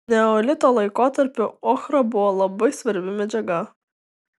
neolito laikotarpiu ochra buvo labai svarbi medžiaga